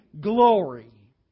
glory